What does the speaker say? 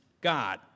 God